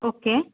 okay